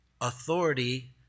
authority